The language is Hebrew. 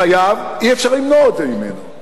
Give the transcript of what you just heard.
אי-אפשר למנוע את זה ממנו.